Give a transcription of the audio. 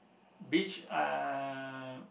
beach uh